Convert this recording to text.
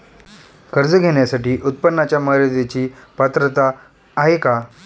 कर्ज घेण्यासाठी उत्पन्नाच्या मर्यदेची पात्रता आहे का?